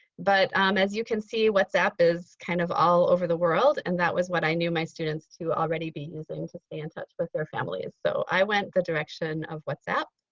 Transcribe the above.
but as you can see whatsapp is kind of all over the world. and that was what i knew my students to already be using to stay in touch with their families. so i went the direction of whatsapp.